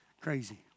Crazy